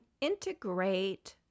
integrate